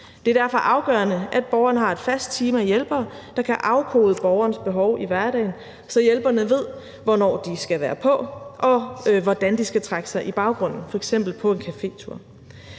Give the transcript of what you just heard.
Det er derfor afgørende, at borgerne har et fast team af hjælpere, der kan afkode borgerens behov i hverdagen, så hjælperne ved, hvornår de skal være på, og hvordan de skal trække sig i baggrunden f.eks. på en cafétur.